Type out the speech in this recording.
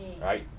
right